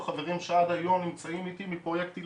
ההשראה שאתם צריכים לתת לנו עכשיו חייבת לפרוץ